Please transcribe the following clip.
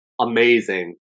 amazing